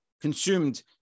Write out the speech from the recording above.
consumed